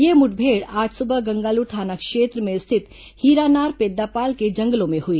यह मुठभेड़ आज सुबह गंगालूर थाना क्षेत्र में स्थित हीरानार पेद्दापाल के जंगलों में हुई